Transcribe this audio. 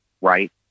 right